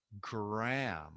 gram